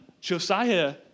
Josiah